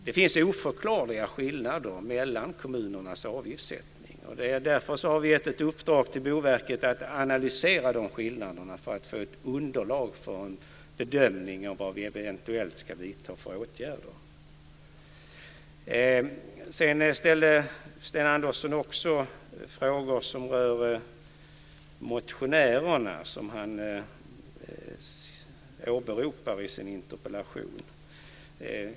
Det finns oförklarliga skillnader mellan kommunernas avgiftssättning. Därför har vi gett ett uppdrag till Boverket att analysera skillnaderna för att få ett underlag för en bedömning av vad vi eventuellt ska vidta för åtgärder. Sedan ställde Sten Andersson frågor som rör motionärerna som han åberopar i sin interpellation.